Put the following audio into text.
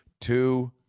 two